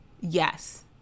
Yes